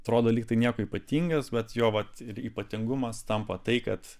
atrodo lygtai niekuo ypatingas bet jo vat ir ypatingumas tampa tai kad